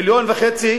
מיליון וחצי